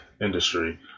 industry